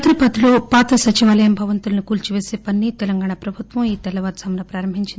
హైదరాబాద్లో పాత సచివాలయం భవంతులను కూల్సివేసే పనిని తెలంగాణ ప్రభుత్వం ఈతెల్లవారు ఝామున ప్రారంభించింది